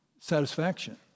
satisfaction